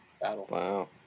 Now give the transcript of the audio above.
Wow